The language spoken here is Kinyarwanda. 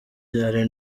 ari